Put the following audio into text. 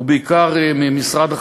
ובעיקר עם משרד החקלאות,